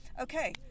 Okay